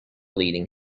leading